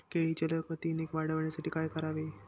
केळी जलदगतीने वाढण्यासाठी काय करावे?